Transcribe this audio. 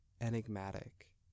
enigmatic